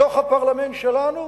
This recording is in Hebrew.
מתוך הפרלמנט שלנו,